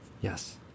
Yes